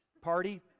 party